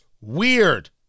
weird